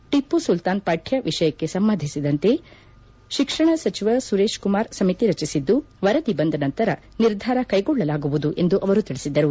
ಟೆಪ್ನು ಸುಲ್ತಾನ್ ಪಠ್ಯ ವಿಷಯಕ್ಕೆ ಸಂಬಂಧಿಸಿದಂತೆ ಶಿಕ್ಷಣ ಸಚಿವ ಸುರೇಶ್ ಕುಮಾರ್ ಸಮಿತಿ ರಚಿಸಿದ್ದು ವರದಿ ಬಂದ ನಂತರ ನಿರ್ಧಾರ ಕೈಗೊಳ್ಳಲಾಗುವುದು ಎಂದು ಅವರು ತಿಳಿಸಿದರು